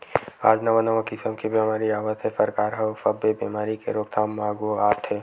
आज नवा नवा किसम के बेमारी आवत हे, सरकार ह ओ सब्बे बेमारी के रोकथाम म आघू आथे